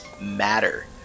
matter